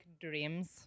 dreams